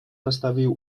nastawił